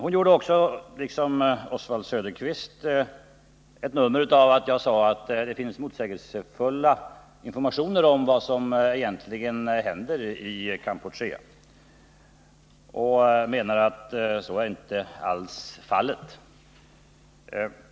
Anita Gradin gjorde, liksom Oswald Söderqvist, ett nummer av att jag sade att det finns motsägelsefulla informationer om vad som egentligen händer i Kampuchea och menade att så inte alls är fallet.